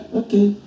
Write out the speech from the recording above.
okay